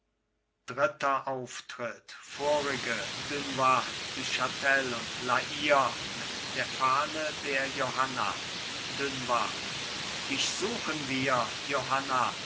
dritter auftritt die vorigen dunois du chatel und la hire mit der fahne der johanna dunois dich suchen wir johanna